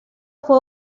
fue